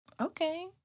Okay